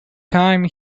time